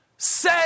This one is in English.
say